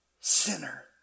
sinner